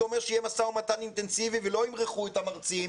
זה אומר שיהיה משא ומתן אינטנסיבי ולא ימרחו את המרצים,